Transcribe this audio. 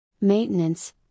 Maintenance